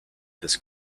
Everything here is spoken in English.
this